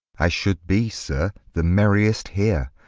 i should be sir the merriest here,